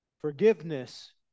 Forgiveness